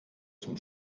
zum